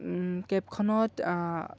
কেবখনত